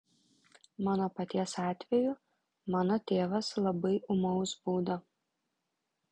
mano paties atveju mano tėvas labai ūmaus būdo